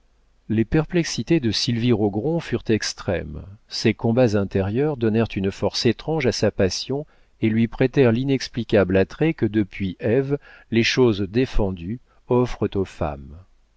les perplexités de sylvie rogron furent extrêmes ces combats intérieurs donnèrent une force étrange à sa passion et lui prêtèrent l'inexplicable attrait que depuis ève les choses défendues offrent aux femmes